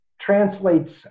translates